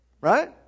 Right